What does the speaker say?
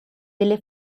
delle